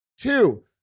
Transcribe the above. Two